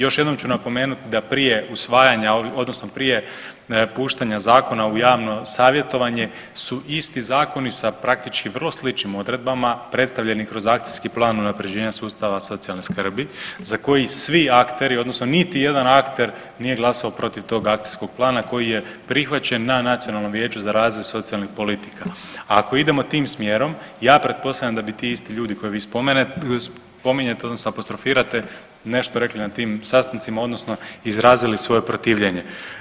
Još jednom ću napomenuti da prije usvajanja, odnosno prije puštanja zakona u javno savjetovanje su isti zakoni sa praktički vrlo sličnim odredbama predstavljeni kroz Akcijski plan unaprjeđenja sustava socijalne skrbi za koji svi akteri odnosno niti jedan akter nije glasovao protiv tog Akcijskog plana koji je prihvaćen na Nacionalnom vijeću za razvoj socijalnih politika, a ako idemo tim smjerom, ja pretpostavljam da bi ti isti ljudi koje vi spominjete odnosno apostrofirate, nešto rekli na tim sastancima, odnosno izrazili svoje protivljenje.